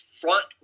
front